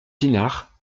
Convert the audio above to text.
pinard